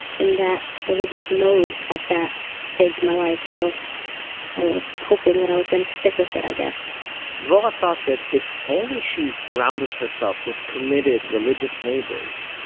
in that religious mode at that stage of my life, so i was hoping that i was gonna stick with it, i guess dvorah thought that if only she surrounded herself with committed religious neighbors,